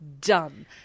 done